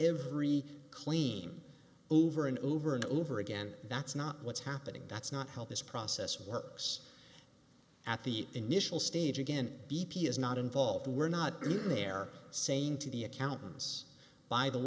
every claim over and over and over again that's not what's happening that's not help this process works at the initial stage again b p is not involved we're not there saying to the accountants by the